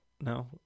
No